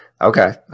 Okay